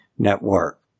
network